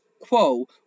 quo